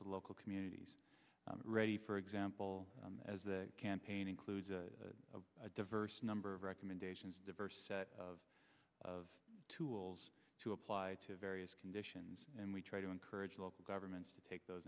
to local communities ready for example as the campaign includes a diverse number of recommendations diverse set of of tools to apply to various conditions and we try to encourage local governments to take those